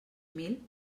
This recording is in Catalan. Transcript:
mil